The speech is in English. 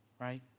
right